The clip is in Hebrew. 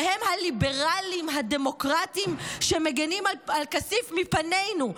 והם הליברלים הדמוקרטים שמגינים על כסיף מפנינו,